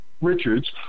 Richards